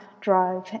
Drive